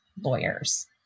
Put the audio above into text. lawyers